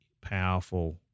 powerful